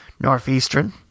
Northeastern